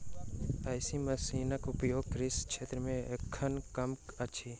एहि मशीनक उपयोग कृषि क्षेत्र मे एखन कम अछि